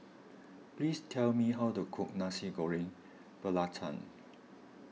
please tell me how to cook Nasi Goreng Belacan